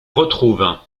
retrouvent